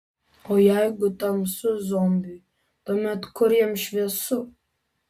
o jeigu tamsu zombiui tuomet kur jam šviesu